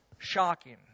Shocking